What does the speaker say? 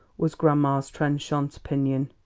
was grandma's trenchant opinion.